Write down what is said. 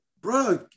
bro